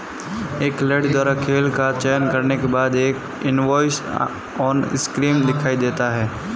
एक खिलाड़ी द्वारा खेल का चयन करने के बाद, एक इनवॉइस ऑनस्क्रीन दिखाई देता है